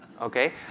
okay